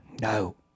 no